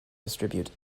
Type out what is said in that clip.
distribute